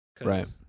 Right